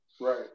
Right